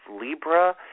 Libra